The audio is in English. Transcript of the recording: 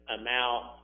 amount